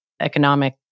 economic